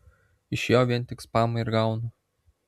iš jo vien tik spamą ir gaunu